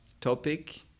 topic